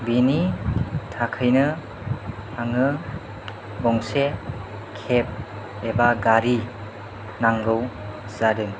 बिनि थाखायनो आङो गंसे केब एबा गारि नांगौ जादों